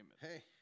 Hey